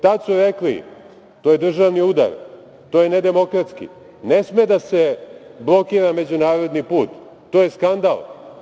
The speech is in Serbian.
Tada su rekli - to je državni udar, to je nedemokratski, ne sme da se blokira međunarodni put, to je skandal.